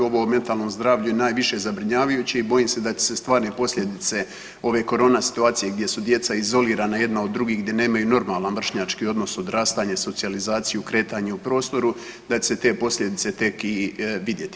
U ovom mentalnom zdravlju je najviše zabrinjavajuće i bojim se da će se stvarne posljedice ove korona situacije gdje su djeca izolirana jedna od drugih, gdje nemaju normalno vršnjački odnos odrastanja, socijalizaciju, kretanje u prostoru da će se te posljedice tek i vidjeti.